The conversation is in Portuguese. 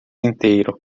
inteiro